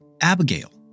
Abigail